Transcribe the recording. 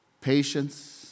patience